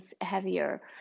heavier